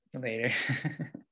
Later